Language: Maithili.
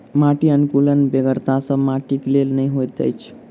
माटि अनुकुलकक बेगरता सभ माटिक लेल नै होइत छै